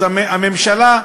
אז הממשלה,